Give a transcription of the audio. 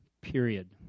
period